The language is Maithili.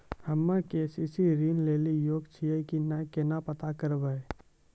हम्मे के.सी.सी ऋण लेली योग्य छियै की नैय केना पता करबै?